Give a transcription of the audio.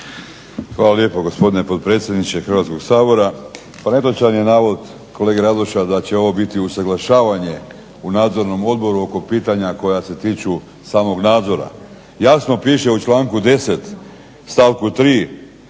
Hvala lijepo, gospodine potpredsjedniče Hrvatskoga sabora. Netočan je navod kolege Radoša da će ovo biti usuglašavanje u nadzornom odboru oko pitanja koja se tiču samog nadzora. Jasno piše u članku 10. stavku 3.